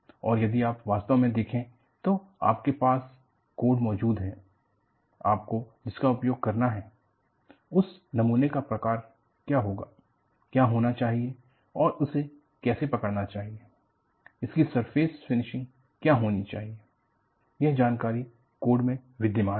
और यदि आप वास्तव में देखें तो आपके पास कोड मौजूद है आपको जिसका उपयोग करना है उस नमूने का प्रकार क्या होगा क्या होना चाहिए और इसे कैसे पकड़ना चाहिए इसकी सरफेस फिनिश क्या होनी चाहिए यह जानकारी कोड में विद्यमान है